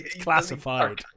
Classified